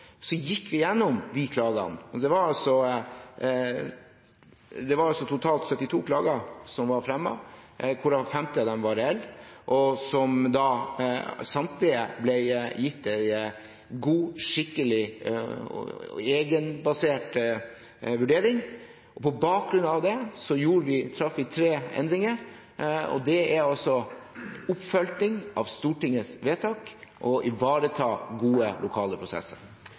klagene. Det var totalt 72 klager som var fremmet, hvorav 50 var reelle. Samtlige ble gitt en god, skikkelig og egenbasert vurdering. På bakgrunn av det gjorde vi tre endringer, og det er en oppfølging av Stortingets vedtak om å ivareta gode lokale prosesser.